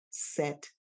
Set